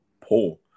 poor